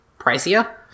pricier